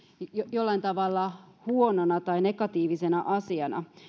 jollain tavalla huonona tai negatiivisena asiana